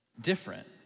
different